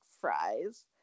fries